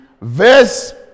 verse